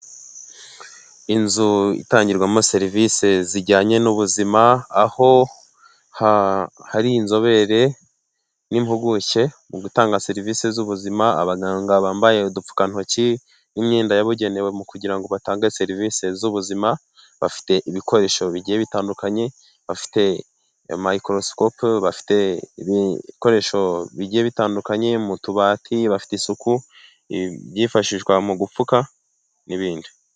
Inzu itangirwamo serivisi zijyanye n'ubuzima aho hari inzobere n'impuguke mu gutanga serivisi z'ubuzima, abaganga bambaye udupfukantoki n' imyenda yabugenewe kugira ngo batange serivisi z'ubuzima, bafite ibikoresho bigiye bitandukanye bafite mikorosikope bafite ibikoresho bigiye bitandukanye mu tubati bafite isuku, ibyifashishwa mu gupfuka n'ibindi.